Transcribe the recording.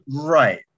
Right